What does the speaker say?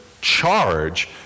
charge